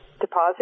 deposit